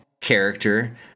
character